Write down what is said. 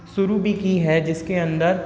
शुरू भी की है जिसके अंदर